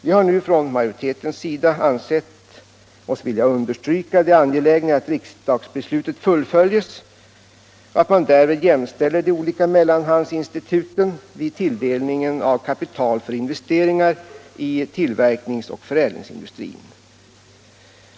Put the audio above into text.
Vi i majoriteten har nu ansett oss vilja understryka det angelägna i att riksdagsbeslutet fullföljs och att man däri jämställer de olika mellanhandsinstituten vid tilldelningen av kapital för investeringar i till verkningsoch förädlingsindustrin.